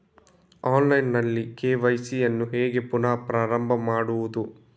Online ನಲ್ಲಿ KYC ಯನ್ನು ಹೇಗೆ ಪುನಃ ಪ್ರಾರಂಭ ಮಾಡುವುದು?